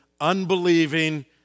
unbelieving